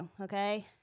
okay